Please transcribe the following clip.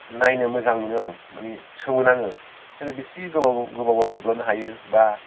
नायनो मोजां मोनो आं माने सोमोनाङो सोर बिसि गोबाव गोबाव थब्ल'नो हायो बा